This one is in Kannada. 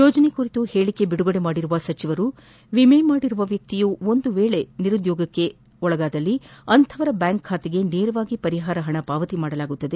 ಯೋಜನೆ ಕುರಿತು ಹೇಳಿಕೆ ಬಿಡುಗಡೆ ಮಾಡಿರುವ ಸಚಿವರು ವಿಮೆ ಮಾಡಿರುವ ವ್ಯಕ್ತಿಯು ಒಂದು ವೇಳೆ ನಿರುದ್ಲೋಗಕ್ಕೆ ಸಿಲುಕಿದರೆ ಅಂತಹವರ ಬ್ಯಾಂಕ್ ಬಾತೆಗೆ ನೇರವಾಗಿ ಪರಿಹಾರ ಪಣ ಪಾವತಿಸಲಾಗುತ್ತದೆ